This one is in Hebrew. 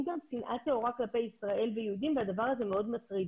גם שנאה טהורה כלפי ישראל ויהודים והדבר הזה מאוד מטריד